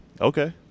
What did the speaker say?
Okay